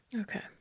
Okay